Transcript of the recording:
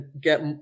get